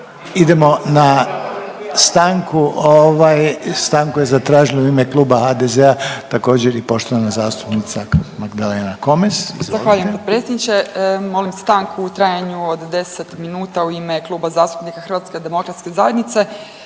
Idemo na stanku. Stanku je zatražila u ime kluba HDZ-a također i poštovana zastupnika Magdalena Komes. Izvolite. **Komes, Magdalena (HDZ)** Zahvaljujem potpredsjedniče. Molim stanku u trajanju od 10 minuta u ime Kluba zastupnika Hrvatske demokratske zajednice